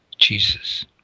Jesus